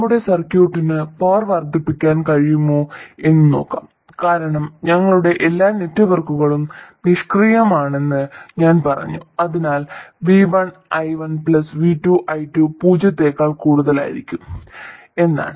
നമ്മുടെ സർക്യൂട്ടിന് പവർ വർദ്ധിപ്പിക്കാൻ കഴിയുമോ എന്ന് നോക്കാം കാരണം ഞങ്ങളുടെ എല്ലാ നെറ്റ്വർക്കുകളും നിഷ്ക്രിയമാണെന്ന് ഞാൻ പറഞ്ഞു അതിനാൽ v1 i1 v2 i2 പൂജ്യത്തേക്കാൾ കൂടുതലായിരിക്കും എന്നാണ്